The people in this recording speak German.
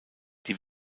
die